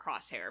Crosshair